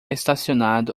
estacionado